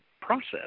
process